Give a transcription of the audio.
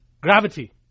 gravity